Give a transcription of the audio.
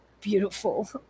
beautiful